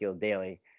daily